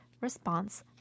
response